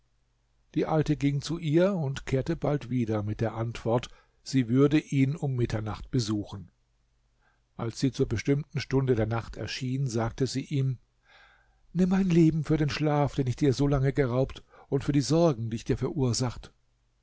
die alte ging zu ihr und kehrte bald wieder mit der antwort sie würde ihn um mitternacht besuchen als sie zur bestimmten stunde der nacht erschien sagte sie ihm nimm mein leben für den schlaf den ich dir solange geraubt und für die sorgen die ich dir verursacht